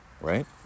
right